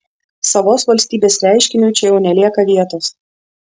savos valstybės reiškiniui čia jau nelieka vietos